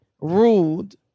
ruled